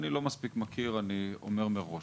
אני לא מספיק מכיר, אני אומר מראש.